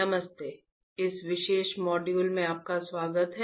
नमस्ते इस विशेष मॉड्यूल में आपका स्वागत है